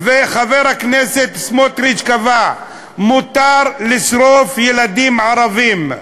וחבר הכנסת סמוטריץ קבע: מותר לשרוף ילדים ערבים,